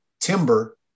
timber